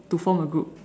to form a group